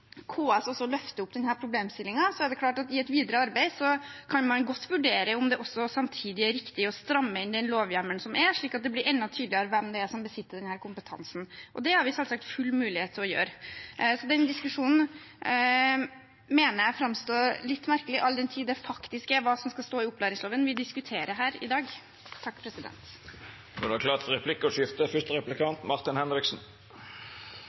KS også løfter denne problemstillingen, er det klart at man i et videre arbeid godt kan vurdere om det samtidig er riktig å stramme inn den lovhjemmelen som er, slik at det blir enda tydeligere hvem som besitter denne kompetansen. Det har vi selvsagt full mulighet til å gjøre. Så den diskusjonen mener jeg framstår litt merkelig, all den tid det er hva som faktisk skal stå i opplæringsloven, som vi diskuterer her i dag. Det vert replikkordskifte. Det som er